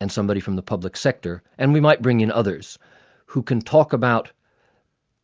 and somebody from the public sector, and we might bring in others who can talk about